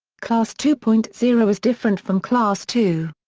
class two point zero is different from class two.